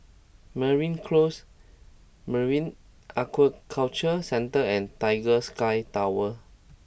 Mariam Close Marine Aquaculture Centre and Tiger Sky Tower